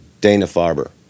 Dana-Farber